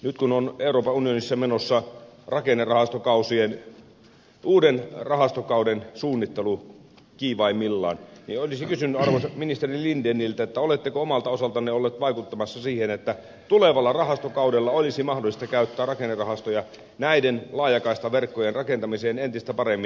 nyt kun euroopan unionissa on menossa uuden rakennerahastokauden suunnittelu kiivaimmillaan oletteko omalta osaltanne ollut vaikuttamassa siihen että tulevalla rahastokaudella olisi mahdollista käyttää rakennerahastoja näiden laajakaistaverkkojen rakentamiseen entistä paremmin